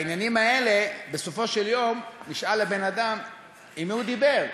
בעניינים האלה בסופו של יום נשאל הבן-אדם עם מי הוא דיבר.